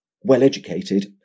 well-educated